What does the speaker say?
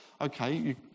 Okay